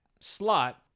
slot